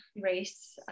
race